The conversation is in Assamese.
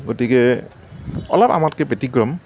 গতিকে অলপ আমাতকৈ ব্যতিক্ৰম